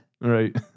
Right